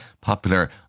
popular